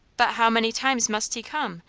but how many times must he come,